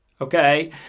Okay